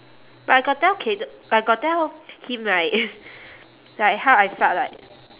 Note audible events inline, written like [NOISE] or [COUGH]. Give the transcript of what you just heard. but I got tell kayde~ I got tell him like [NOISE] like how I felt like